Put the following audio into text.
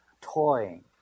toying